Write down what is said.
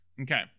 Okay